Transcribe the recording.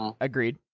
Agreed